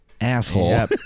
asshole